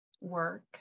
work